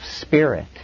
spirit